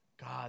God